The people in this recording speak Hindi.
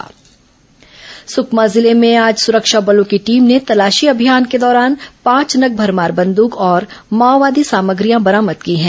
माओवादी वारदात सुकमा जिले में आज सुरक्षा बलों की टीम ने तालाशी अभियान के दौरान पांच नग भरमार बंद्क और माओवादी सामग्रियां बरामद की हैं